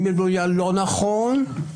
זאת אומרת, הדברים האלה לגמרי קיימים.